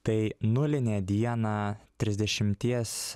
tai nulinę dieną trisdešimies